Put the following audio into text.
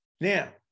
Now